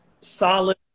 solid